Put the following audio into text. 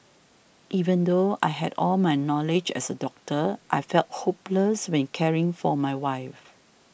even though I had all my knowledge as a doctor I felt hopeless when caring for my wife